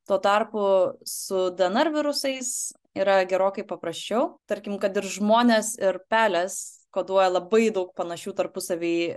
tuo tarpu su dnr virusais yra gerokai paprasčiau tarkim kad ir žmonės ir pelės koduoja labai daug panašių tarpusavy